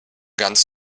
ganz